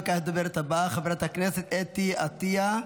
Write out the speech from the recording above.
הדוברת הבאה, חברת הכנסת אתי עטייה.